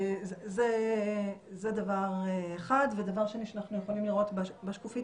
דבר שני שאנחנו יכולים לראות בשקופית